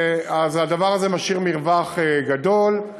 אז הדבר הזה משאיר מרווח גדול.